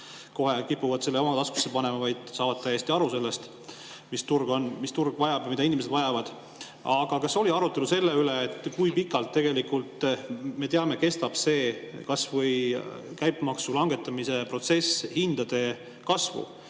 kohe kipuvad selle [vahe] oma taskusse panema, nad saavad täiesti aru sellest, mida turg vajab ja mida inimesed vajavad. Aga kas oli arutelu selle üle, kui pikalt tegelikult kestab kas või see käibemaksu langetamise protsess hindade kasvu